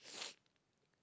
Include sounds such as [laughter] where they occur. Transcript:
[noise]